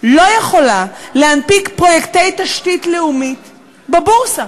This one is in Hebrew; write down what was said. לא יכולה להנפיק פרויקטי תשתית לאומית בבורסה?